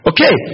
Okay